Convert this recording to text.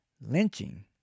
lynching